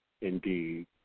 indeed